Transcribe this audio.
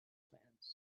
plans